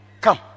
Come